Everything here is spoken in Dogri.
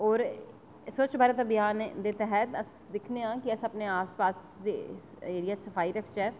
और स्वच्छ भारत अभियान दे तैह्त अस दिक्खने आं कि अस अपने आस पास दी एरिया च सफाई रखचै